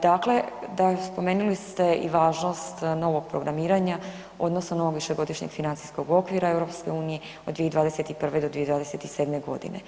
Dakle, spomenuli ste i važnost novog programiranja odnosno novog višegodišnjeg financijskog okvira EU od 2021.-2027. godine.